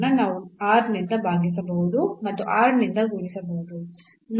ನಾವು r ನಿಂದ ಭಾಗಿಸಬಹುದು ಮತ್ತು r ನಿಂದ ಗುಣಿಸಬಹುದು